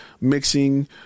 mixing